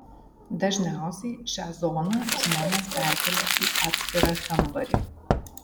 dažniausiai šią zoną žmonės perkelia į atskirą kambarį